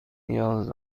نیاز